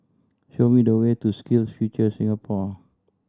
show me the way to SkillsFuture Singapore